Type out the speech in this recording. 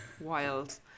Wild